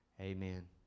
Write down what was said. Amen